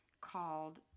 called